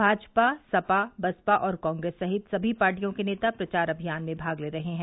भाजपा सपा बसपा और कांग्रेस सहित सभी पार्टियों के नेता प्रचार अभियान में भाग ले रहे हैं